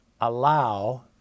allow